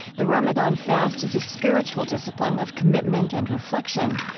the ramadan fast is a spiritual discipline of commitment and reflection.